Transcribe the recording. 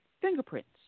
fingerprints